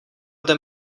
ten